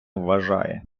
вважає